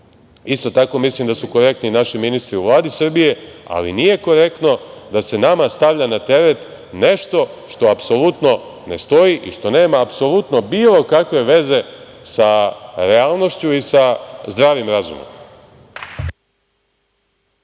Isto tako mislim da su korektni naši ministri u Vladi Srbije, ali nije korektno da se nama stavlja na teret nešto što apsolutno ne stoji i što nema apsolutno bilo kakve veze sa realnošću i sa zdravim razumom.